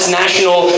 national